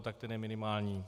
Tak ten je minimální.